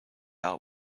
out